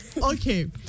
Okay